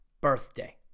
birthday